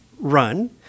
run